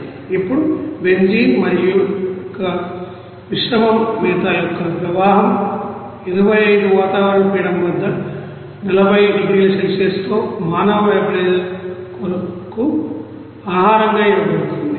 ఇప్పుడు బెంజీన్ మరియు యొక్క మిశ్రమ మేత యొక్క ప్రవాహం 25 వాతావరణ పీడనం వద్ద 40 డిగ్రీల సెల్సియస్ తో మానవ వేపరైజర్ కు ఆహారం గా ఇవ్వబడుతుంది